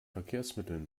verkehrsmitteln